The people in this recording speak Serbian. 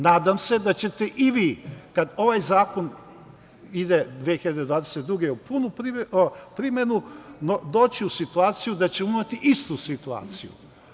Nadam se da ćemo i mi, kada ovaj zakon ide 2022. godine u punu primenu, doći u situaciju da ćemo imati istu situaciju.